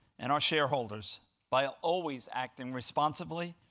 and our shareholders by ah always acting responsibly,